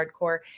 hardcore